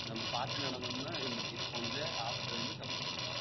நம்ம பார்த்து நடந்தோம்னால் இது இது போன்ற ஆபத்துலேருந்து தப்பித்துக்கலாம்